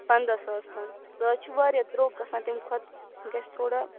پَنٛداہ ساس تانۍ سُہ حظ چھِ واریاہ درٛوگ گژھان تَمہِ کھۄتہٕ گژھِ تھوڑا